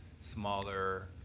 smaller